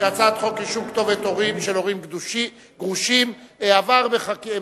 ההצעה להעביר את הצעת חוק רישום כתובת של הורים גרושים (תיקוני חקיקה),